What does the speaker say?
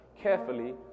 carefully